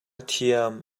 thiam